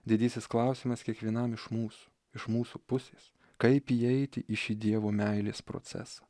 didysis klausimas kiekvienam iš mūsų iš mūsų pusės kaip įeiti į šį dievo meilės procesą